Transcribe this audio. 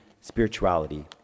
spirituality